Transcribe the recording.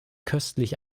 köstlich